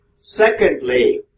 Secondly